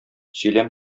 сөйләм